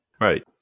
Right